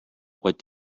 what